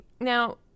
Now